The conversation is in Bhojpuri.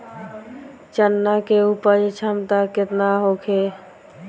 चना के उपज क्षमता केतना होखे?